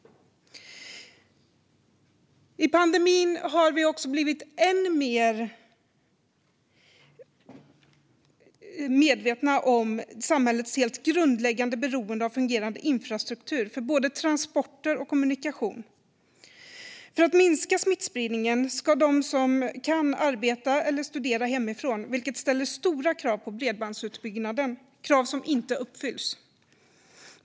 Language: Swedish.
I pandemin har vi också blivit ännu mer medvetna om samhällets helt grundläggande beroende av fungerande infrastruktur för både transporter och kommunikation. För att minska smittspridningen ska de som kan arbeta eller studera hemifrån, vilket ställer stora krav på bredbandsutbyggnaden - krav som inte uppfylls.